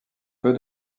peu